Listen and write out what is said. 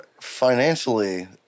financially